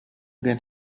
get